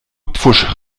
pfusch